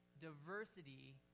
diversity